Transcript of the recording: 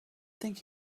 think